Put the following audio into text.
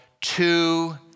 two